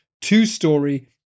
two-story